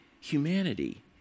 humanity